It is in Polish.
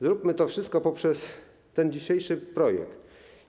Zróbmy to wszystko poprzez ten dzisiejszy projekt.